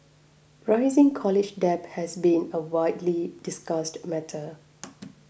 rising college debt has been a widely discussed matter